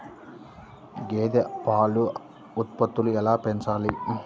గేదె పాల ఉత్పత్తులు ఎలా పెంచాలి?